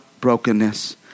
brokenness